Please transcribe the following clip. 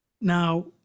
now